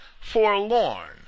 forlorn